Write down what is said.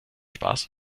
spaß